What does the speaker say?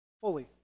fully